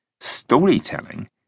Storytelling